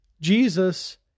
Jesus